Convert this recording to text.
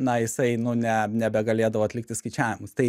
na jisai nu ne nebegalėdavo atlikti skaičiavimus tai